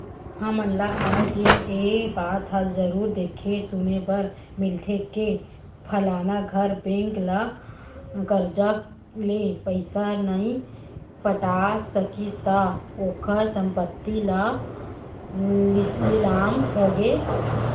हमन ल आय दिन ए बात ह जरुर देखे सुने बर मिलथे के फलाना घर बेंक ले करजा ले पइसा न नइ पटा सकिस त ओखर संपत्ति ह लिलाम होगे